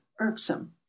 irksome